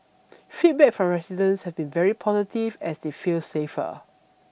feedback from residents have been very positive as they feel safer